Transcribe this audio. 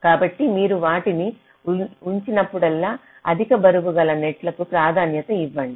కాబట్టి మీరు వాటిని ఉంచినప్పుడల్లా అధిక బరువు గల నెట్స్కు ప్రాధాన్యత ఇవ్వండి